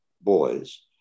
boys